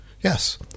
Yes